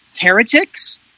heretics